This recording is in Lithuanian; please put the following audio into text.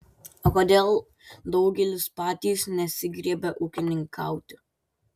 o kodėl daugelis patys nesigriebia ūkininkauti